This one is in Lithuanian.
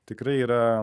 tikrai yra